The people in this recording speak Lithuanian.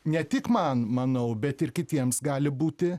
ne tik man manau bet ir kitiems gali būti